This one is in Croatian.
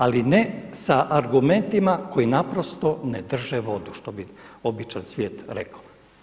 Ali ne sa argumentima koji naprosto ne drže vodu što bi običan svijet rekao.